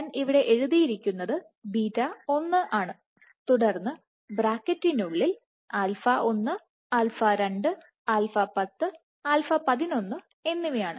ഞാൻ ഇവിടെ എഴുതിയിരിക്കുന്നത് β1 ആണ്തുടർന്ന് ബ്രാക്കറ്റിനുള്ളിൽ α1 α2 α10 α11 എന്നിവയാണ്